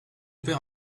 père